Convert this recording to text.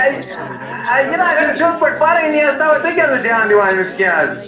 یہِ نہٕ حظ چھِنہٕ سیوٚد پٲٹھۍ پَرٲنی حظ تَوَے تُہۍ کیٛازِ نہٕ دھیان دِوان أمِس کینٛہہ آز